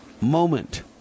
moment